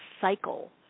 cycle